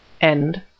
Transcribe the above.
End